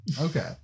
Okay